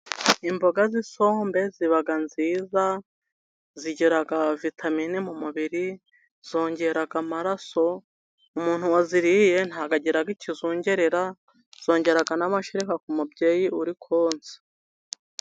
Imboga z'isombe ziba nziza, zigira vitamine mu mubiri, zongera amaraso umuntu waziririye ntabwo agira ikizungerera, zongera n'amashereka ku mubyeyi uri konsa.